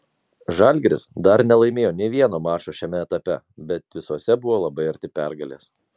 žalgiris dar nelaimėjo nė vieno mačo šiame etape bet visuose buvo labai arti pergalės